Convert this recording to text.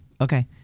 Okay